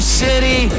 city